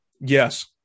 Yes